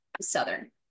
Southern